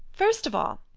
first of all,